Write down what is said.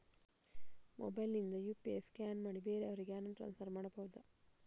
Mobile ನಿಂದ UPI scan ಮಾಡಿ ಬೇರೆಯವರಿಗೆ ಹಣ ಟ್ರಾನ್ಸ್ಫರ್ ಮಾಡಬಹುದ?